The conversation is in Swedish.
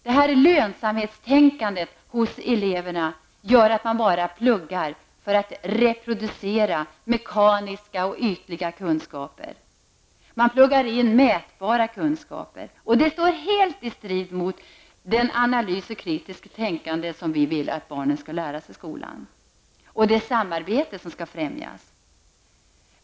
Detta lönsamhetstänkande gör att eleverna bara pluggar för att reproducera mekaniska och ytliga kunskaper. Man pluggar in mätbara kunskaper. Det står helt i strid med den analys och det kritiska tänkande som vi vill att barnen skall lära sig i skolan samt mot det samarbete som skall främjas.